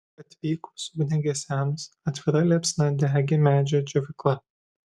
atvykus ugniagesiams atvira liepsna degė medžio džiovykla